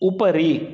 उपरि